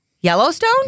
Yellowstone